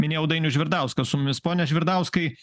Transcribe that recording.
minėjau dainius žvirdauskas su mumis pone žvirdauskai